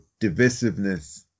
divisiveness